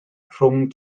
rhwng